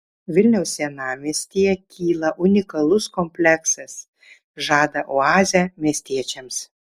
vilniaus senamiestyje kyla unikalus kompleksas žada oazę miestiečiams